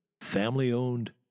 family-owned